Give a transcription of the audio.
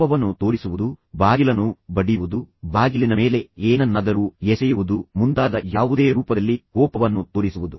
ಕೋಪವನ್ನು ತೋರಿಸುವುದು ಬಾಗಿಲನ್ನು ಬಡಿಯುವುದು ಬಾಗಿಲಿನ ಮೇಲೆ ಏನನ್ನಾದರೂ ಎಸೆಯುವುದು ಮುಂತಾದ ಯಾವುದೇ ರೂಪದಲ್ಲಿ ಕೋಪವನ್ನು ತೋರಿಸುವುದು